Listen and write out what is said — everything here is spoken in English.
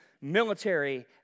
military